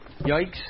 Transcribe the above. yikes